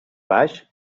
baix